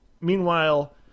Meanwhile